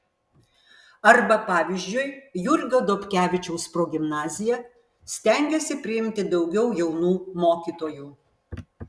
arba pavyzdžiui jurgio dobkevičiaus progimnazija stengiasi priimti daugiau jaunų mokytojų